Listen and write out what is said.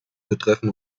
betreffen